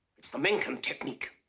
it's the menken technique.